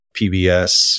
PBS